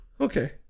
Okay